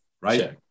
Right